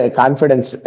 confidence